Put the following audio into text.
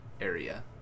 area